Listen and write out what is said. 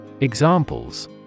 Examples